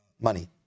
money